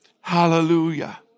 Hallelujah